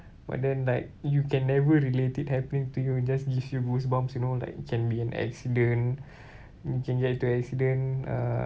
but then like you can never relate it happen to you and just give you goosebumps you know like it can be an accident you can get into accident uh